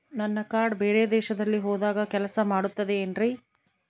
ನನ್ನ ಕಾರ್ಡ್ಸ್ ಬೇರೆ ದೇಶದಲ್ಲಿ ಹೋದಾಗ ಕೆಲಸ ಮಾಡುತ್ತದೆ ಏನ್ರಿ?